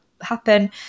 happen